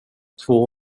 två